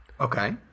Okay